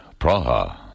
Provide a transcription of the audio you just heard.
Praha